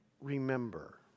Remember